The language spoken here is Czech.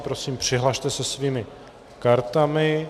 Prosím, přihlaste se svými kartami.